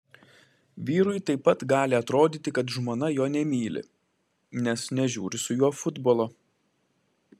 vyrui taip pat gali atrodyti kad žmona jo nemyli nes nežiūri su juo futbolo